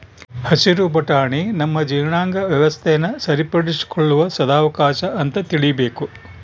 ಹಸಿರು ಬಟಾಣಿ ನಮ್ಮ ಜೀರ್ಣಾಂಗ ವ್ಯವಸ್ಥೆನ ಸರಿಪಡಿಸಿಕೊಳ್ಳುವ ಸದಾವಕಾಶ ಅಂತ ತಿಳೀಬೇಕು